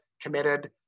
committed